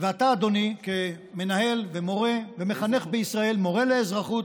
ואתה, אדוני, כמנהל ומורה ומחנך בישראל, לאזרחות.